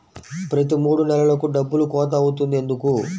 ప్రతి మూడు నెలలకు డబ్బులు కోత అవుతుంది ఎందుకు?